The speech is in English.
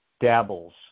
dabbles